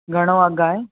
घणो अघु आहे